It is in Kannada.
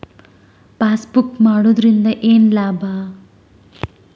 ಪಾಸ್ಬುಕ್ ಮಾಡುದರಿಂದ ಏನು ಲಾಭ?